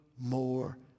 more